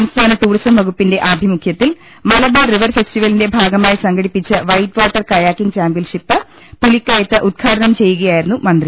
സംസ്ഥാന ടൂറിസം വകുപ്പിന്റെ ആഭിമുഖ്യത്തിൽ മലബാർ റിവർ ഫെസ്റ്റിവലിന്റെ ഭാഗമായി സംഘടിപ്പിച്ച വൈറ്റ് വാട്ടർ കയാക്കിംഗ് ചാംപ്യൻഷിപ്പ് പൂലിക്കയത്ത് ഉദ്ഘാടനം ചെയ്യുകയായിരുന്നു മന്ത്രി